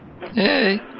Hey